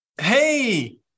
hey